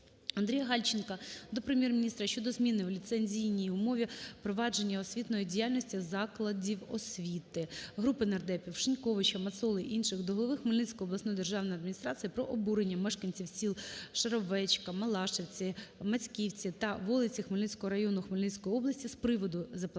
Андрія Гальченка до Прем'єр-міністра про зміни у Ліцензійні умови провадження освітньої діяльності закладів освіти. Групи нардепутатів (Шиньковича, Мацоли, інших) до голови Хмельницької обласної державної адміністрації про обурення мешканців сіл Шаровечка, Малашівці, Мацьківці та Волиця Хмельницького району Хмельницької області з приводу запланованого